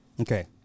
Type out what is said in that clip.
Okay